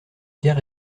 ker